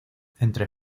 entre